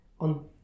on